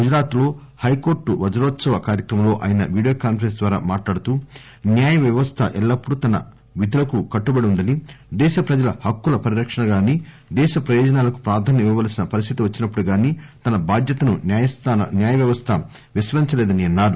గుజరాత్ లో హైకోర్టు వజ్రోత్సవ కార్యక్రమంలో ఆయన వీడియో కాన్ఫరెన్స్ ద్వారా మాట్లాడుతూ న్యాయ వ్యవస్థ ఎల్లప్పుడు తన విధులకు కట్టుబడి ఉందని దేశ ప్రజల పాక్కుల పరిరక్షణ గాని దేశ ప్రయోజనాలకు ప్రాధాన్యం ఇవ్వవల్సిన పరిస్థితి వచ్చినప్పుడు గాని తన బాధ్యతను న్యాయవ్యవస్థ విస్మరించలేదని అన్నారు